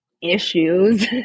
issues